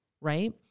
right